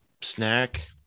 snack